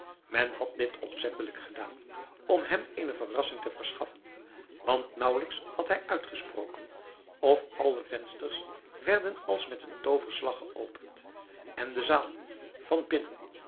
men had dit opzettelijk gedaan om hem eene verrassing te verschaffen want naauwelijks had hij uitgesproken of alle vensters werden als met een tooverslag geopend en de zaal van binnen